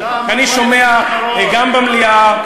אני שומע גם במליאה,